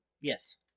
Yes